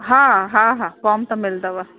हा हा हा फॉर्म त मिलंदव